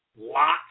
lots